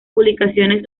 publicaciones